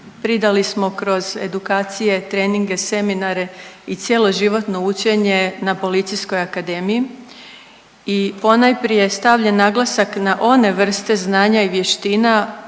pridali smo kroz edukacije, treninge, seminare i cjeloživotno učenje na Policijskoj akademiji i ponajprije stavljen naglasak na one vrste znanja i vještina